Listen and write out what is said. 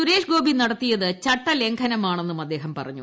സുരേഷ്ഗോപി നടത്തിയത് ചട്ട ലംഘനമാണെന്നും അദ്ദേഹം പറഞ്ഞു